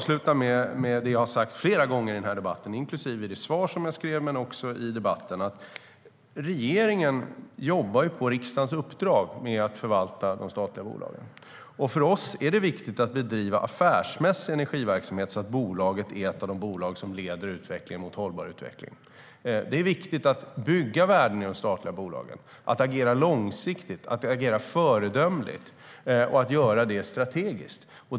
Som jag sagt flera gånger i den här debatten, även i mitt interpellationssvar, jobbar regeringen på riksdagens uppdrag med att förvalta de statliga bolagen. För oss är det viktigt att bedriva affärsmässig energiverksamhet, så att detta bolag är ett av de bolag som leder utvecklingen mot hållbar utveckling. Det är viktigt att bygga värden i de statliga bolagen och att agera långsiktigt, föredömligt och strategiskt.